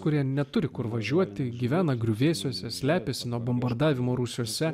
kurie neturi kur važiuoti gyvena griuvėsiuose slepiasi nuo bombardavimo rūsiuose